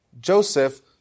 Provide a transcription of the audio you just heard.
Joseph